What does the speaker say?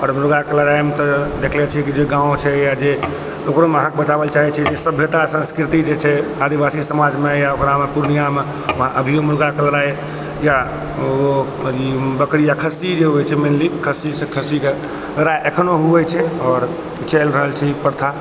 आओर मुर्गाके लड़ाइमे तऽ देखलो छियै कि जे गाँव छियै जे ओकरो बताओल चाहै छियै कि सब सभ्यता संस्कृति जे छै आदिवासी समाज मे या ओकरा मे पूर्णिया मे अभीयो मुर्गा के लड़ाइ या बकरी या खस्सी जे होइ छै मेनली लिअ खस्सी सऽ खस्सी के लड़ाइ एखनो होइ छै आओर चलि रहल छै ई प्रथा